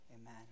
Amen